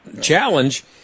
challenge